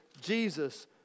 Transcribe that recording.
Jesus